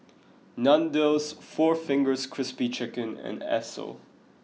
Nandos Four Fingers Crispy Chicken and Esso